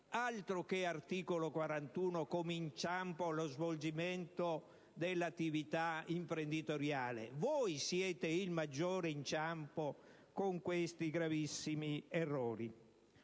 altro che articolo 41 come inciampo allo svolgimento dell'attività imprenditoriale. Voi siete il maggiore inciampo, con questi gravissimi errori.